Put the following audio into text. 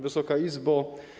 Wysoka Izbo!